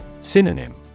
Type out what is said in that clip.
Synonym